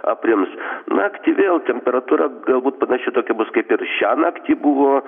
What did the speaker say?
aprims naktį vėl temperatūra galbūt panaši tokia bus kaip ir šiąnakt ji buvo